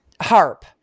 HARP